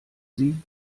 sie